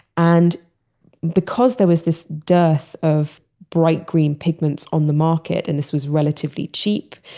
and because there was this dearth of bright green pigments on the market, and this was relatively cheap,